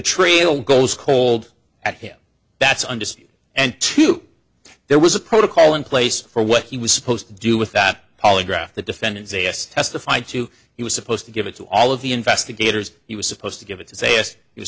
trail goes cold that's understood and two there was a protocol in place for what he was supposed to do with that polygraph the defendant say yes testify to he was supposed to give it to all of the investigators he was supposed to give it to say yes you're